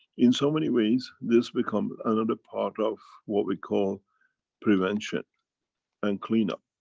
in so many ways, this becomes another part of what we call prevention and clean-up.